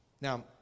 Now